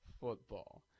football